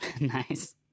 Nice